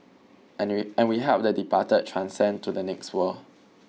and we and we help the departed transcend to the next world